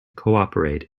cooperate